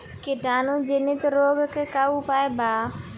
कीटाणु जनित रोग के का उपचार बा?